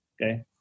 Okay